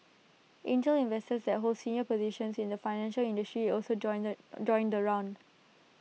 angel investors that hold senior positions in the financial industry also joined the joined the round